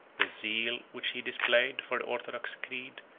the zeal which he displayed for the orthodox creed,